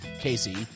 Casey